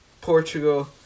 Portugal